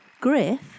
Griff